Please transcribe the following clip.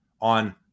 on